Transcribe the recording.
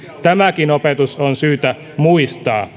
tämäkin opetus on syytä muistaa